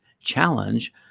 Challenge